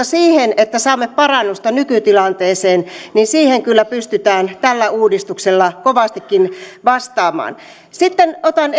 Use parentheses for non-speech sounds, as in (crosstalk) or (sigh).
(unintelligible) siihen että saamme parannusta nykytilanteeseen kyllä pystytään tällä uudistuksella kovastikin vastaamaan sitten otan (unintelligible)